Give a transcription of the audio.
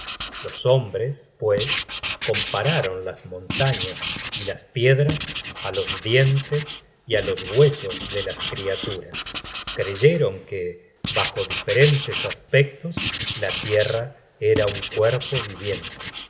los hombres pues compararon las montañas y las piedras á los dientes y á los huesos de las criaturas creyeron que bajo diferentes aspectos la tierra era un cuerpo viviente